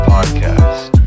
Podcast